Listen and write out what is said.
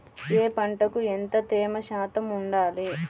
ఏ పంటకు ఎంత తేమ శాతం ఉండాలి?